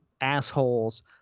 assholes